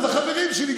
אז החברים שלי,